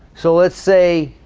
so let's say